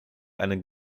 einen